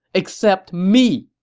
except me!